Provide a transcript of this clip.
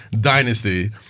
dynasty